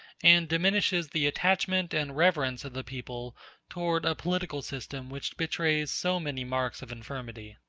and diminishes the attachment and reverence of the people toward a political system which betrays so many marks of infirmity.